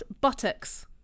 Buttocks